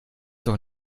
doch